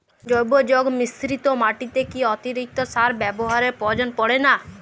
জৈব যৌগ মিশ্রিত মাটিতে কি অতিরিক্ত সার ব্যবহারের প্রয়োজন পড়ে না?